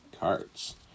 cards